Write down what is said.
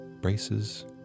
braces